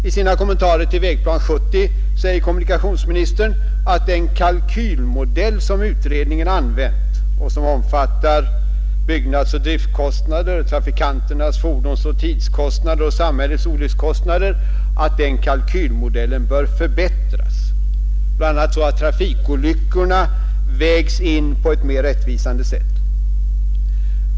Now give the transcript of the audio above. I sina kommentarer till Vägplan 1970 säger kommunikationsministern att den kalkylmodell som utredningen använt och som omfattar byggnadsoch driftkostnader, trafikanternas fordonsoch tidskostnader och samhällets olyckskostnader bör förbättras, bl.a. så att trafikolyckorna vägs in på ett mera rättvisande sätt.